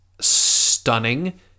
stunning